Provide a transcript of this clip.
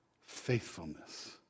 faithfulness